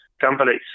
companies